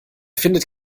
findet